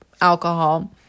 alcohol